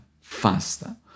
faster